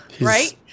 right